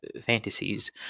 fantasies